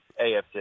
AFC